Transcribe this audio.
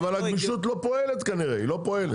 אבל הגמישות לא פועלת כנראה, היא לא פועלת.